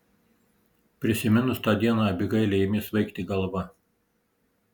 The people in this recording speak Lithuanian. prisiminus tą dieną abigailei ėmė svaigti galva